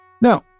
Now